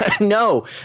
no